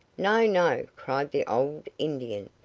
no, no! cried the old indian,